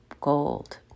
gold